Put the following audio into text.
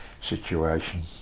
situation